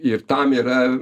ir tam yra